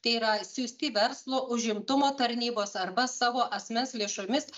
tai yra siųsti verslo užimtumo tarnybos arba savo asmens lėšomis